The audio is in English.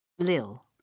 Lil